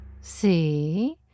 See